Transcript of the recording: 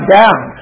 down